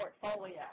portfolio